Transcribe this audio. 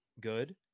good